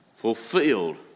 Fulfilled